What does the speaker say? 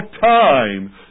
time